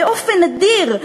באופן נדיר,